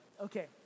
okay